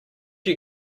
you